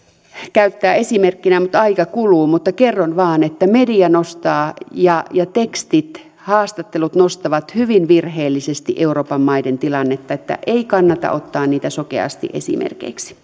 käyttää esimerkkinä mutta aika kuluu mutta kerron vain että media nostaa tekstit ja haastattelut nostavat hyvin virheellisesti euroopan maiden tilannetta että ei kannata ottaa niitä sokeasti esimerkeiksi